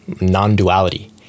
non-duality